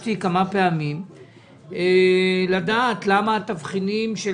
ביקשתי כמה פעמים לדעת למה התבחינים של